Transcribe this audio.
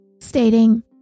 stating